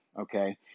okay